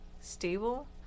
stable